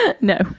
No